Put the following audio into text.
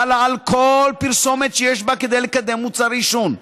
החלה על כל פרסומת שיש בה כדי לקדם מוצר עישון,